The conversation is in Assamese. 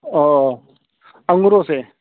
অঁ অঁ আঙুৰো আছে